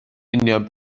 union